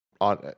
on